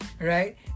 Right